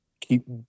keep